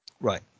Right